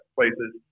places